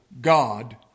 God